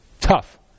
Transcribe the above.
tough